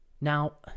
Now